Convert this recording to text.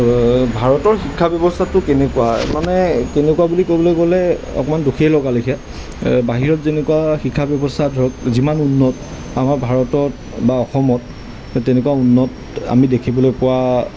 ভাৰতৰ শিক্ষা ব্যৱস্থাটো কেনেকুৱা মানে কেনেকুৱা বুলি ক'বলৈ গ'লে অকমান দুখেই লগা লেখীয়া বাহিৰত যেনেকুৱা শিক্ষা ব্যৱস্থা ধৰক যিমান উন্নত আমাৰ ভাৰতত বা অসমত তেনেকুৱা উন্নত আমি দেখিবলৈ পোৱা